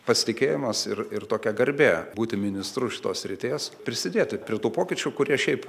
pasitikėjimas ir ir tokia garbė būti ministru šitos srities prisidėti prie tų pokyčių kurie šiaip